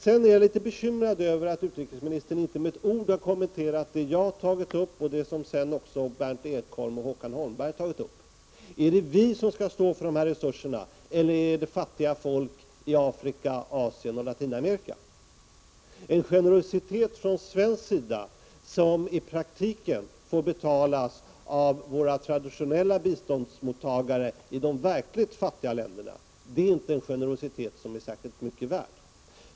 Sedan är jag litet bekymrad över att utrikesministern inte med ett ord kommenterat det jag tagit upp och som sedan också Berndt Ekholm och Håkan Holmberg har berört. Är det vi i Sverige som skall stå för de här resurserna eller är det fattiga folk i Afrika, Asien och Latinamerika? En genefösitet från svensk sida som i praktiken får betalas av våra traditionella biståndsmottagare i de verkligt fattiga länderna är inte en generositet som är särskilt mycket värd.